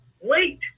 Wait